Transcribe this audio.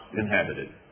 inhabited